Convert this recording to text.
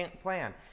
plan